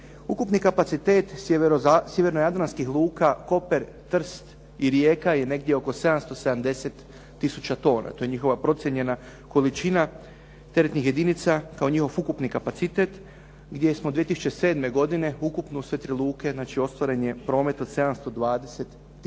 Ukupni kapacitet sjeverno-jadranskih luka Koper, Trst i Rijeka je negdje oko 770 tisuća tona, to je njihova procijenjena količina teretnih jedinica kao njihov ukupni kapacitet gdje smo 2007. godine ukupno u sve tri luke znači ostvaren je promet od 720 tisuća